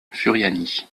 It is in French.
furiani